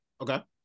okay